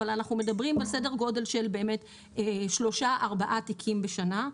אבל אנחנו מדברים בסדר גודל של שלושה-ארבעה תיקים בשנה.